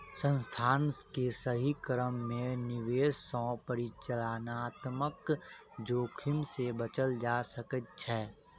संस्थान के सही क्रम में निवेश सॅ परिचालनात्मक जोखिम से बचल जा सकै छै